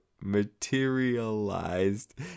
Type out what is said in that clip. materialized